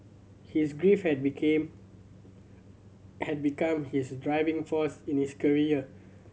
his grief had became had become his driving force in his career